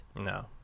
No